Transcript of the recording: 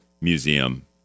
Museum